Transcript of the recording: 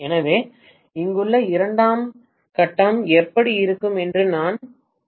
எனவே இங்குள்ள இரண்டாம் கட்டம் எப்படி இருக்கும் என்று நான் போகிறேன்